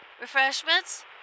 Refreshments